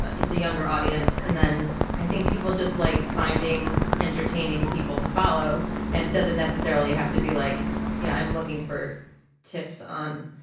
ah it's the younger audience. and then i think people just like finding entertaining people to follow and it doesn't necessarily have to be like yeah i'm looking for tips on